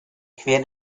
quer